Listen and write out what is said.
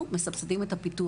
אנחנו מסבסדים לו את הפיתוח.